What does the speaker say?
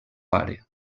pare